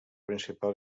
principal